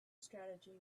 strategy